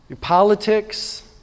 politics